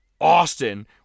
Austin